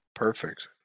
Perfect